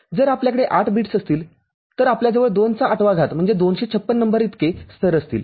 जर आपल्याकडे ८ बिट्स असतील तर आपल्याजवळ २ चा ८ वा घात म्हणजे २५६ नंबर इतके स्तर असतील